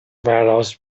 warehouse